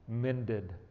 mended